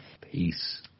Peace